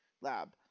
lab